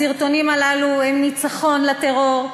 הסרטונים הללו הם ניצחון לטרור,